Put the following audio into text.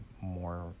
more